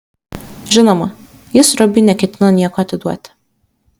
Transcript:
žinoma jis rubiui neketino nieko atiduoti